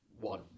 one